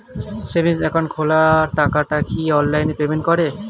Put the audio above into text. Savings account খোলা টাকাটা কি অনলাইনে পেমেন্ট করে?